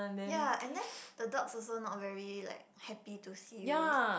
ya and then the dogs also not very like happy to see you